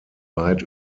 weit